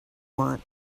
want